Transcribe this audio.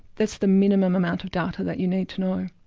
that's the minimum amount of data that you need to know.